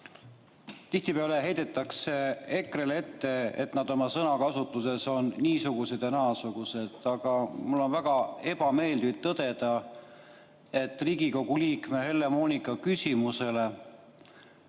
Tihtipeale heidetakse EKRE‑le ette, et nad on oma sõnakasutuses niisugused ja naasugused. Aga mul on väga ebameeldiv tõdeda, et vastuses Riigikogu liikme Helle‑Moonika küsimusele,